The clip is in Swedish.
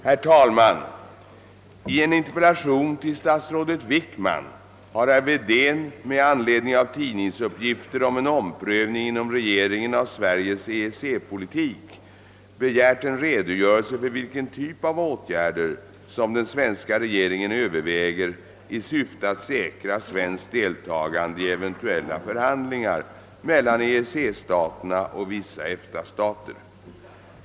Herr talman! I en interpellation till statsrådet Wickman har herr Wedén med anledning av tidningsuppgifter om en omprövning inom regeringen av Sveriges EEC-politik begärt en redogörelse för vilken typ av åtgärder som den Svenska regeringen överväger i syfte att säkra svenskt deltagande i eventuella förhandlingar mellan EEC-staterna och vissa EFTA-stater.